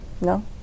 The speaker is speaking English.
No